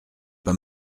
pas